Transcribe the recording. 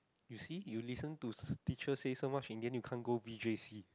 you see you listen to teacher say so much and then you can't go v_j_c